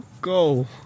Go